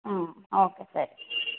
ಊಂ okay ಸರಿ